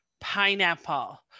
pineapple